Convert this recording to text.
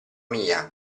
mia